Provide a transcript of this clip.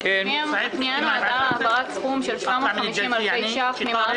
הפנייה נועדה להעברת סכום של 750 אלפי ש"ח ממערך